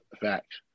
Facts